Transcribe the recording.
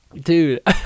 Dude